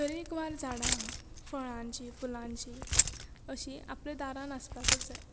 तरेकवार झाडां फळांची फुलांची अशी आपल्या दारान आसपाकच जाय